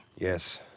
Yes